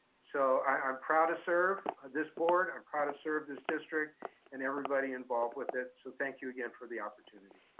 so i'm proud to serve this board, i'm proud to serve this district and everybody involved with it. so thank you again for the opportunity.